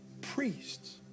priests